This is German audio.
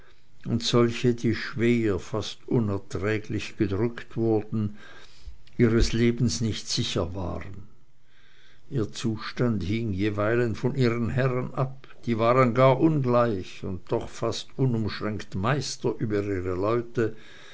und solche die schwer fast unerträglich gedrückt wurden ihres lebens nicht sicher waren ihr zustand hing jeweilen von ihren herren ab die waren gar ungleich und doch fast unumschränkt meister über ihre leute